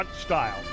style